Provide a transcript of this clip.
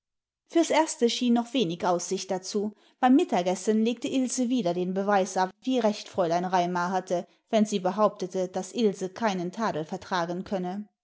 fürs erste schien noch wenig aussicht dazu beim mittagessen legte ilse wieder den beweis ab wie recht fräulein raimar hatte wenn sie behauptete daß ilse keinen tadel vertragen könne